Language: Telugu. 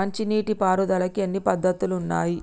మంచి నీటి పారుదలకి ఎన్ని పద్దతులు ఉన్నాయి?